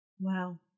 wow